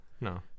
no